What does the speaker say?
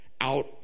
out